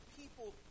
people